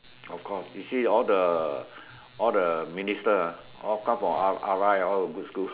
of course you see all the all the minister ah all come from R_I all the good school